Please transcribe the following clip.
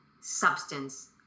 substance